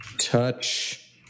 touch